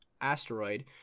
asteroid